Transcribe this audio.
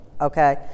Okay